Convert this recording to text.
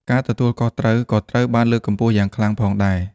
ការទទួលខុសត្រូវក៏ត្រូវបានលើកកម្ពស់យ៉ាងខ្លាំងផងដែរ។